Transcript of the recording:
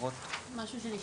זה משהו שנשמט.